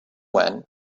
when